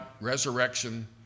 resurrection